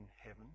heaven